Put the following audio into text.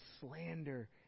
slander